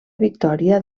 victòria